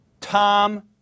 Tom